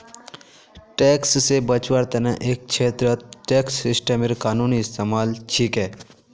tax से बचवार तने एक छेत्रत टैक्स सिस्टमेर कानूनी इस्तेमाल छिके